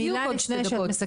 בדיוק עוד שתי דקות.